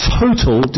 total